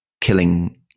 killing